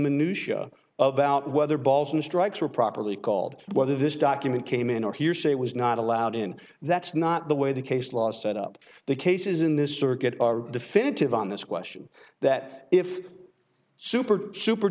minutia of about whether balls and strikes were properly called whether this document came in or hearsay it was not allowed in that's not the way the case law is set up the cases in this circuit are definitive on this question that if super super